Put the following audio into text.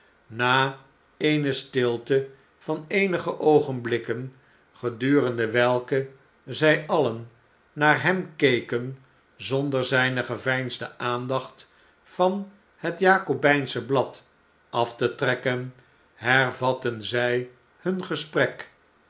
na eene stilte van eenige oogenblikken gedurende welke zij alien naar hem keken zonder zijne geveinsde aandacht van het jakobijnsche blad af te trekken hervatten zij hun gesprek